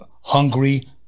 hungry